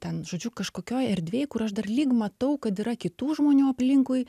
ten žodžiu kažkokioj erdvėj kur aš dar lyg matau kad yra kitų žmonių aplinkui